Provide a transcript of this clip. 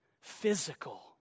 physical